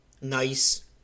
nice